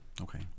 Okay